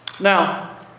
Now